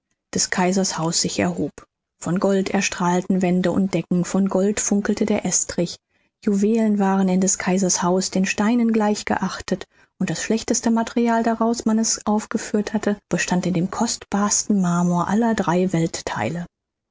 des kaisers haus sich erhob von gold erstrahlten wände und decken von gold funkelte der estrich juwelen waren in des kaisers haus den steinen gleich geachtet und das schlechteste material daraus man es aufgeführt hatte bestand in dem kostbarsten marmor aller drei welttheile